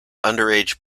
underage